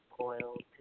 coiled